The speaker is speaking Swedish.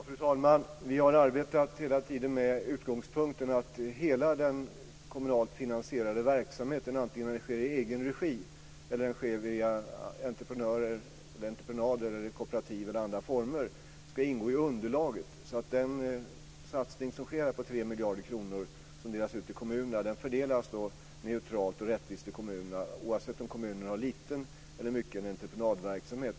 Fru talman! Vi har hela tiden arbetat med utgångspunkten att hela den kommunalt finansierade verksamheten - vare sig den sker i egen regi eller den sker via entreprenader, kooperativ eller andra former - ska ingå i underlaget. När det gäller den satsning på 3 miljarder kronor som här sker - pengar som delas ut till kommunerna - fördelas det neutralt och rättvist till kommunerna, oavsett om en kommun har lite eller mycket entreprenadverksamhet.